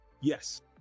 yes